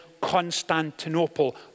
Constantinople